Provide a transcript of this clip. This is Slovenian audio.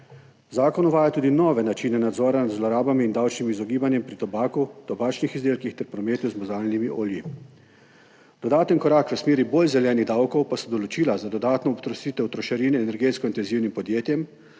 Zakon uvaja tudi nove načine nadzora nad zlorabami in davčnim izogibanjem pri tobaku, tobačnih izdelkih ter prometu z mazalnimi olji. Dodaten korak v smeri bolj zelenih davkov pa so določila za dodatno oprostitev trošarine energetsko intenzivnim podjetjem,